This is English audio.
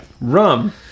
Rum